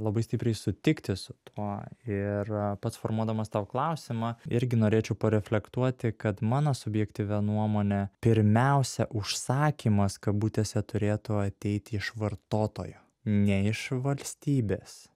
labai stipriai sutikti su tuo ir a pats formuodamas tau klausimą irgi norėčiau pareflektuoti kad mano subjektyvia nuomone pirmiausia užsakymas kabutėse turėtų ateiti iš vartotojo ne iš valstybės